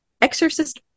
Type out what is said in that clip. exorcist